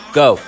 go